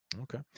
Okay